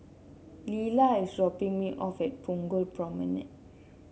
Lilah is dropping me off at Punggol Promenade